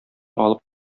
алып